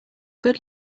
good